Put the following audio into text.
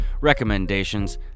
recommendations